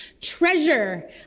treasure